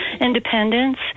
independence